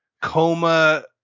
coma